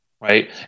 right